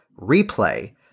replay